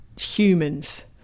humans